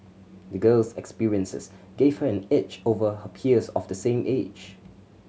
the girl's experiences gave her an edge over her peers of the same age